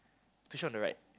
on the right